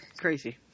crazy